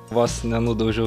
vos nenudaužiau